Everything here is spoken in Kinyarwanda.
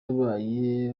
ubaye